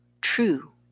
true